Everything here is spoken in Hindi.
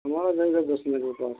हमारा दई देऊ दस में से पाँच के